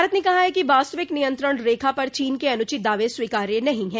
भारत ने कहा है कि वास्तविक नियंत्रण रेखा पर चीन के अनुचित दावे स्वीकार्य नहीं हैं